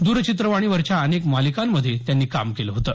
दरचित्रवाणीवरच्या अनेक मालिकांमधे त्यांनी काम केलं होतं